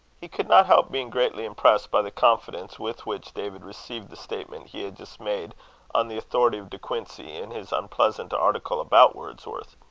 he could not help being greatly impressed by the confidence with which david received the statement he had just made on the authority of de quincey in his unpleasant article about wordsworth.